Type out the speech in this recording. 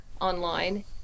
online